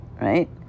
right